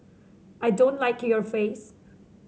I don't like your face